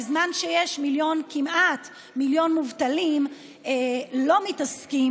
בזמן שיש כמעט מיליון מובטלים לא מתעסקים